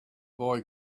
boy